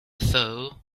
though